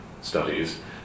studies